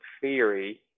theory